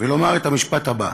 ולומר את המשפט הבא: